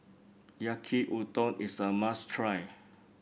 Yaki Udon is a must try